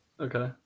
Okay